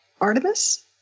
Artemis